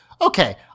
Okay